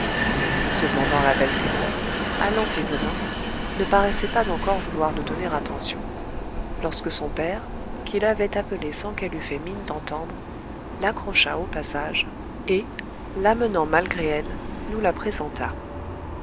cependant la belle thérence allant et venant ne paraissait pas encore vouloir nous donner attention lorsque son père qui l'avait appelée sans qu'elle eût fait mine d'entendre l'accrocha au passage et l'amenant malgré elle nous la présenta